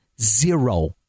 zero